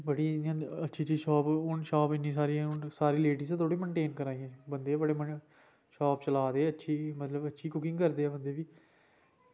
बड़ी इंया अच्छी अच्छी शॉप हून शॉप इन्नी सारी हून लेडीज़ गै थोह्ड़े मैंटेन करा दे शॉप चला दे अच्छी कुकिंग करदे बंदे बी